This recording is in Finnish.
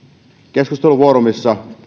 keskustelufoorumissa